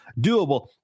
doable